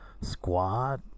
squad